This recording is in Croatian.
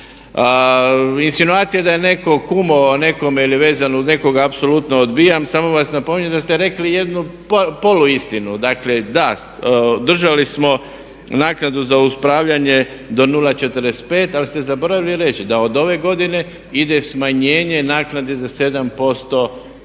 Insinuacije da je netko kumovao nekome ili vezan uz nekoga apsolutno odbijam. Samo vas napominjem da ste rekli jednu poluistinu, dakle da držali smo naknadu za upravljanje do 0,45 ali ste zaboravili reći da od ove godine ide smanjenje naknade za 7%